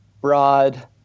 broad